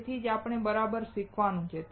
તે જ આપણે બરાબર શીખવાનું છે